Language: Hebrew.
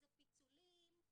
זה פיצולים,